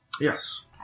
Yes